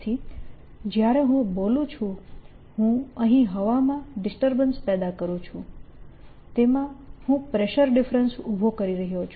તેથી જ્યારે હું બોલું છું હું અહીં હવામાં ડિસ્ટર્બન્સ પેદા કરું છું તેમાં હું પ્રેશર ડિફરન્સ ઉભો કરી રહ્યો છું